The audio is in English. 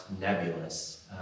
nebulous